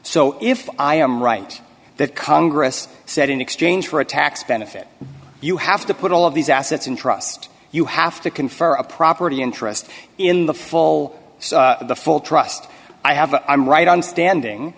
so if i am right that congress said in exchange for a tax benefit you have to put all of these assets in trust you have to confer a property interest in the fall so the full trust i have i'm right on standing